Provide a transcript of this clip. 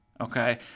Okay